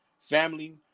family